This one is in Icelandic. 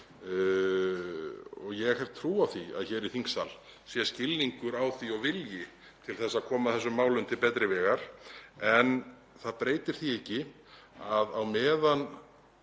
Ég hef trú á því að hér í þingsal sé skilningur á því og vilji til að koma þessum málum til betri vegar. En það breytir því ekki að á meðan